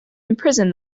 imprison